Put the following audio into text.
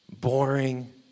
Boring